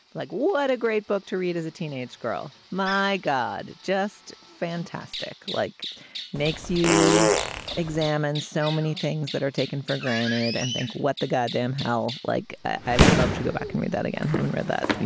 but like what a great book to read as a teenage girl. my god, just fantastic. like makes you examine so many things that are taken for granted and think what the god damn hell? like, i would love to go back and read that again. haven't read that m